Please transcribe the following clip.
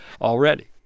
Already